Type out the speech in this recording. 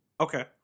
Okay